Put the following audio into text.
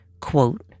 quote